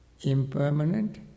impermanent